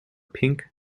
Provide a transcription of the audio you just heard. pink